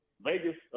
Vegas